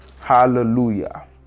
Hallelujah